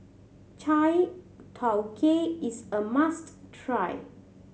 chai tow kway is a must try